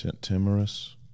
Timorous